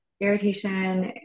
irritation